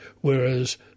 whereas